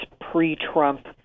pre-Trump